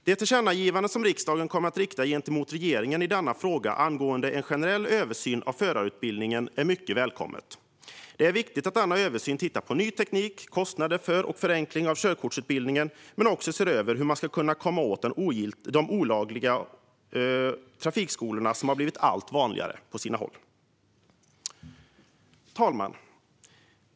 Det tillkännagivande som riksdagen kommer att rikta gentemot regeringen i denna fråga angående en generell översyn av förarutbildningen är mycket välkommet. Det är viktigt att denna översyn tittar på ny teknik och kostnader för och förenkling av körkortsutbildningen men också ser över hur man ska kunna komma åt olagliga trafikskolor, som på sina håll blivit allt vanligare. Fru talman!